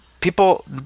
people